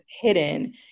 hidden